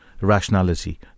rationality